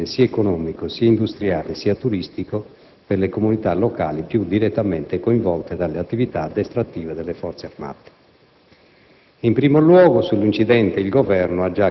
e, nel contempo, ipotizzare disagi di ordine economico, industriale e turistico per le comunità locali più direttamente coinvolte dalle attività addestrative delle Forze armate.